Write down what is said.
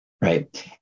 right